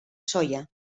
soia